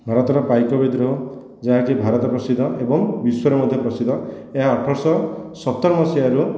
ଭାରତର ପାଇକ ବିଦ୍ରୋହ ଯାହାକି ଭାରତ ପ୍ରସିଦ୍ଧ ଏବଂ ବିଶ୍ୱରେ ମଧ୍ୟ ପ୍ରସିଦ୍ଧ ଏହା ଅଠରଶହ ସତର ମସିହାରୁ